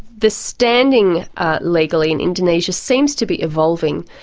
the standing legally in indonesia seems to be evolving.